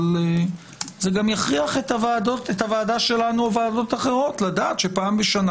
אבל זה גם יכריח את הוועדה שלנו וועדות אחרות לדעת שפעם בשנה